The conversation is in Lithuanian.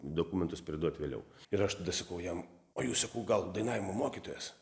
dokumentus priduot vėliau ir aš sakau jam o jūs sakau gal dainavimo mokytojas